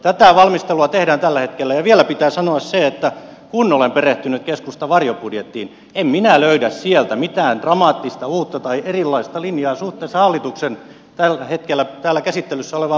tätä valmistelua tehdään tällä hetkellä ja vielä pitää sanoa se että kun olen perehtynyt keskustan varjobudjettiin en minä löydä sieltä mitään dramaattista uutta tai erilaista linjaa suhteessa hallituksen tällä hetkellä täällä käsittelyssä olevaan budjettiin